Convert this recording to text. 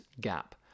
gap